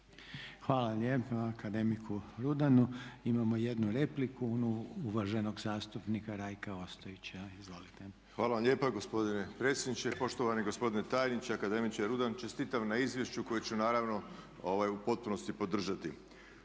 Hvala lijepa akademiku Rudanu. Imamo jednu repliku, onu uvaženog zastupnika Rajka Ostojića. Izvolite. **Ostojić, Rajko (SDP)** Hvala vam lijepa gospodine predsjedniče. Poštovani gospodine tajniče, akademiče Rudan čestitam na izvješću koje ću naravno u potpunosti podržati.